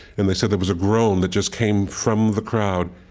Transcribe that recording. and they said there was a groan that just came from the crowd.